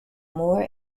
more